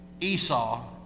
Esau